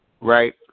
right